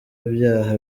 ibyaha